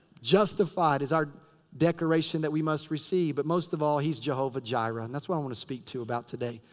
justified is our declaration that we must receive. but most of all. he's jehovah jireh. and that's what i want to speak to you about today.